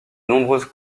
nombreuses